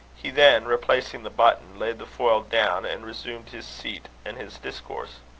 he then, replacing the button, laid the foil down, and resumed his seat and his discourse.